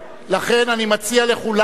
מציע לכולם,